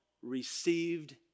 received